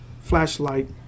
flashlight